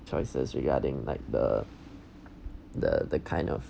choices regarding like the the the kind of